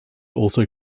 also